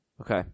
Okay